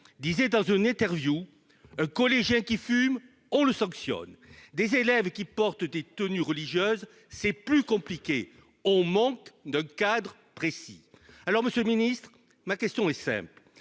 disait Ahzoune interview collégiens qui fume, on le sanctionne des élèves qui portent des tenues religieuses, c'est plus compliqué, on manque de cadres précis alors Monsieur le ministre ma question est simple